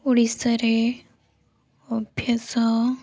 ଓଡ଼ିଶାରେ ଅଭ୍ୟାସ